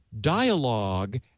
dialogue